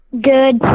Good